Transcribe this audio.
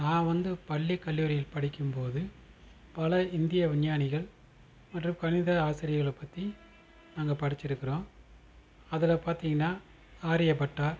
நான் வந்து பள்ளி கல்லூரியில் படிக்கும்போது பல இந்திய விஞ்ஞானிகள் மற்றும் கணித ஆசிரியர்களை பற்றி நாங்கள் படிச்சிருக்குறோம் அதில் பார்த்தீங்கன்னா ஆரியபட்டா